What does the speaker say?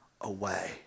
away